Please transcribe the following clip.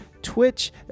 twitch